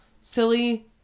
Silly